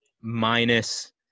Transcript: minus